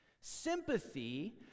Sympathy